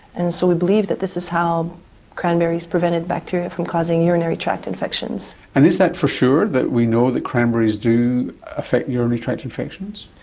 and so we believe that this is how cranberries prevented bacteria from causing urinary tract infections. and is that for sure, that we know that cranberries do affect urinary tract infections?